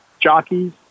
jockeys